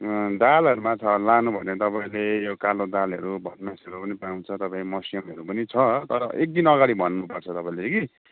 दालहरूमा छ लानु भयो भने तपाईँले यो कालो दालहरू भटमासहरू पनि पाँउछ मस्यामहरू पनि छ तर एकदिन अगाडि भन्नु पर्छ तपाईँले कि